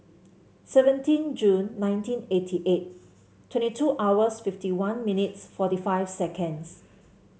seventeen June nineteen eighty eight twenty two hours fifty one minutes forty five seconds